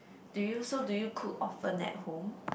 do you so do you cook often at home